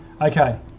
okay